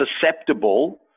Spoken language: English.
susceptible